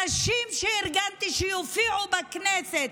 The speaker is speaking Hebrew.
הנשים שארגנתי שיופיעו בכנסת,